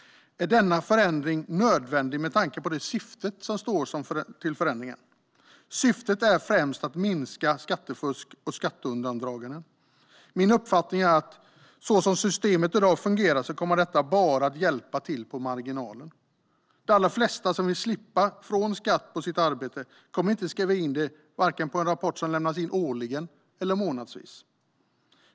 Är denna förändring nödvändig med tanke på det syfte som uppges för förändringen? Syftet är främst att minska skattefusk och skatteundandragande. Min uppfattning är att detta bara kommer att hjälpa marginellt, utifrån hur systemet fungerar i dag. De allra flesta som vill slippa från skatt på sitt arbete kommer inte att skriva in det, vare sig på en rapport som lämnas in årligen eller månadsvis.